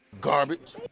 Garbage